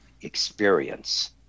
experience